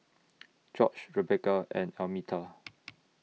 George Rebeca and Almeta